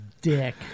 Dick